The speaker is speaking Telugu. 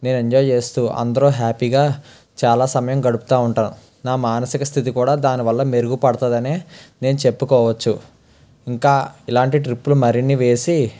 నేను ఎంజాయ్ చేస్తూ అందరూ హ్యాపీగా చాలా సమయం గడుపుతూ ఉంటాం నా మానసికి స్థితి కూడా దాని వల్ల మెరుగుపడుతుందనే నేను చెప్పుకోవచ్చు ఇంకా ఇలాంటి ట్రిప్పులు మరెన్ని వేసి